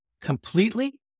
completely